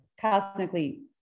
cosmically